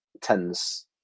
tens